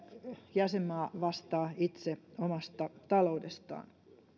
jäsenmaa vastaa itse omasta taloudestaan